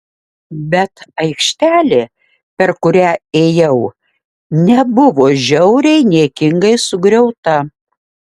bet aikštelė per kurią ėjau nebuvo žiauriai niekingai sugriauta